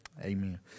Amen